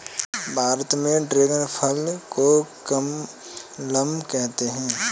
भारत में ड्रेगन फल को कमलम कहते है